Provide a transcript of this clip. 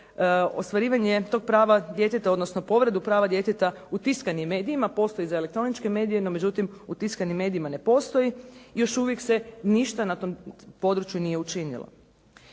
ostvarivanje tog prava djeteta, odnosno povredu prava djeteta u tiskanim medijima. Postoji za elektroničke medije, no međutim u tiskanim medijima ne postoji. Još uvijek se ništa na tom području nije učinilo.